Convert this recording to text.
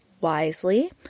wisely